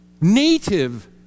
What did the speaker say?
native